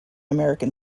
american